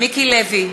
מיקי לוי,